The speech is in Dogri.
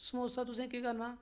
समोसा तुसें केह् करना